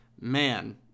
man